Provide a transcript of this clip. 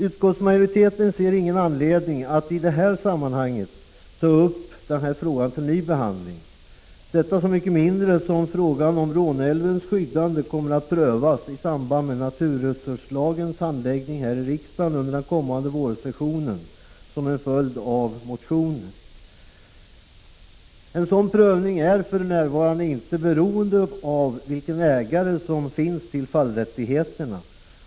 Utskottsmajoriteten ser ingen anledning att i detta sammanhang ta upp denna fråga till ny behandling. Detta så mycket mindre som frågan om Råneälvens skyddande kommer att prövas i samband med naturresurslagens handläggning här i riksdagen under den kommande vårsessionen. En sådan prövning är för övrigt inte beroende av vilken ägare som finns till fallrättigheterna.